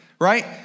right